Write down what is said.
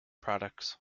products